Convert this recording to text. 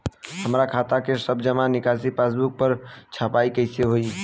हमार खाता के सब जमा निकासी पासबुक पर छपाई कैसे होई?